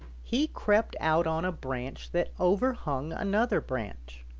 he crept out on a branch that overhung another branch.